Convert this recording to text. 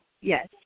yes